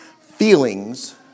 feelings